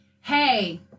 Hey